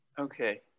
Okay